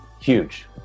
huge